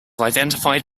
identified